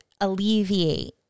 alleviate